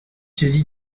saisi